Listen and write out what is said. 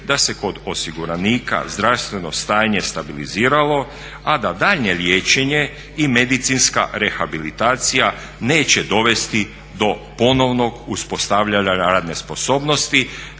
da se kod osiguranika zdravstveno stanje stabiliziralo a da daljnje liječenje i medicinska rehabilitacija neće dovesti do ponovnog uspostavljanja radne sposobnosti